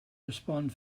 respond